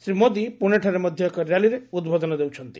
ଶ୍ରୀ ମୋଦୀ ପୁଶେଠାରେ ମଧ୍ୟ ଏକ ର୍ୟାଲିରେ ଉଦ୍ବୋଧନ ଦେଉଛନ୍ତି